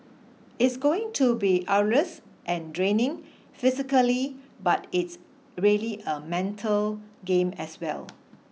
it's going to be arduous and draining physically but it's really a mental game as well